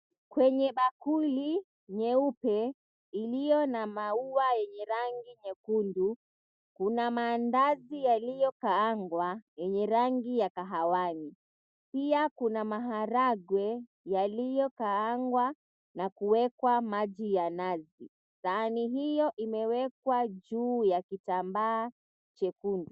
Kwenye bakuli nyeupe iliyo na maua yenye rangi nyekundu. Kuna mandazi yaliyokaangwa yenye rangi ya kahawai, pia kuna maharagwe yaliyokaangwa na kuwekwa maji ya nazi. Sahani hio imewekwa juu ya kitambaa chekundu.